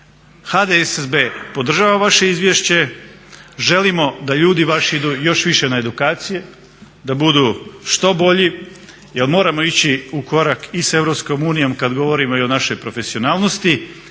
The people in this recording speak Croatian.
HDSSB podržava vaše izvješće, želimo da ljudi vaši idu još više na edukacije, da budu što bolji jer moramo ići u korak i sa EU kad govorimo i o našoj profesionalnosti